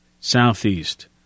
Southeast